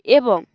ଏବଂ